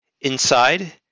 inside